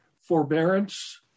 forbearance